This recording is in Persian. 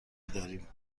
داریم